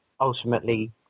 ultimately